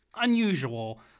unusual